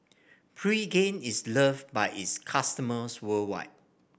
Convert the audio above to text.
Pregain is love by its customers worldwide